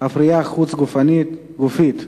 הפריה חוץ-גופית,